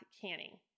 canning